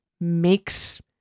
makes